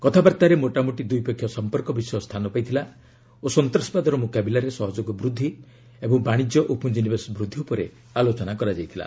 କଥାବାର୍ତ୍ତାରେ ମୋଟାମୋଟି ଦ୍ୱିପକ୍ଷିୟ ସମ୍ପର୍କ ବିଷୟ ସ୍ଥାନ ପାଇଥିଲା ଓ ସନ୍ତାସବାଦର ମୁକାବିଲାରେ ସହଯୋଗ ବୃଦ୍ଧି ଏବଂ ବାଣିଜ୍ୟ ଓ ପୁଞ୍ଜିନିବେଶ ବୃଦ୍ଧି ଉପରେ ଆଲୋଚନା ହୋଇଥିଲା